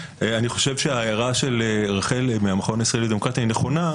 אני חושב שההערה של רחל מהמכון הישראלי לדמוקרטיה היא נכונה.